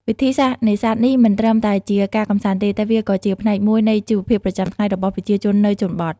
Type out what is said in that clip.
វិធីសាស្រ្តនេសាទនេះមិនត្រឹមតែជាការកម្សាន្តទេ តែវាក៏ជាផ្នែកមួយនៃជីវភាពប្រចាំថ្ងៃរបស់ប្រជាជននៅជនបទ។